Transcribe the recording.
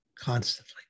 constantly